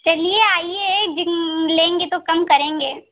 चलिए आइए एक दिन लेंगे तो कम करेंगे